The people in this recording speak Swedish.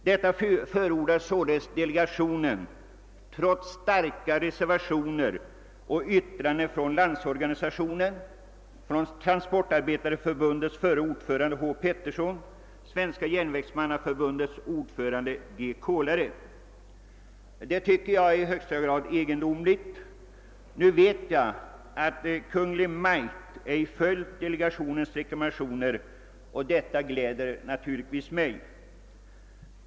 Detta förordande göres trots starka reservationer inom delegationen och yttranden från LO, av Transportarbetareförbundets förre ordförande H. Pettersson och Svenska järnvägsmannaförbundets ordförande G. Kolare. Det tycker jag är i högsta grad egendomligt. Nu vet jag att Kungl. Maj:t inte följt delegationens rekommendationer, och detta gläder naturligtvis mig.